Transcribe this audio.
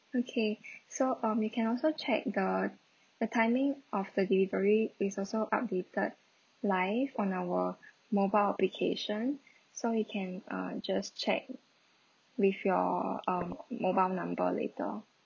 okay so um you can also check the the timing of the delivery is also updated live on our mobile application so you can uh just check with your um mobile number later